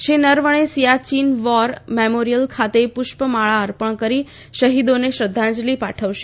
Shri Naravane Siachen war memorial ખાતે પુષ્પમાળા અર્પણ કરી શહીદોને શ્રધ્ધાંજલિ પાઠવશે